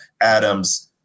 Adams